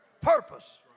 purpose